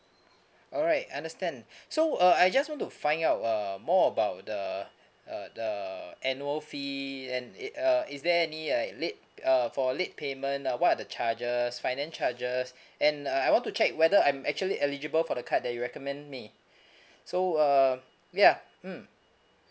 alright understand so uh I just want to find out uh more about the uh the annual fee and it uh is there any like late uh for late payment uh what are the charges finance charges and uh I want to check whether I'm actually eligible for the card that you recommend me so um ya mm